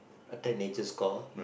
attend nature's call